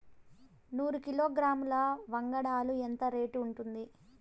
నూరు కిలోగ్రాముల వంగడాలు ఎంత రేటు ఉంటుంది?